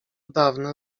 dawne